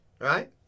right